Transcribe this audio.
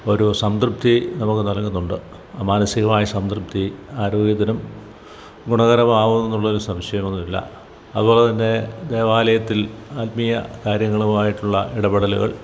ഒരു സംതൃപ്തി നമുക്ക് നൽകുന്നുണ്ട് ആ മാനസികമായ സംതൃപ്തി ആരോഗ്യത്തിനും ഗുണകരമാവുന്നു എന്നുള്ളൊരു സംശയമൊന്നുമില്ല അതുപോലെ തന്നെ ദേവാലയത്തിൽ ആത്മീയ കാര്യങ്ങളുമായിട്ടുള്ള ഇടപെടലുകൾ